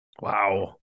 Wow